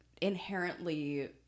inherently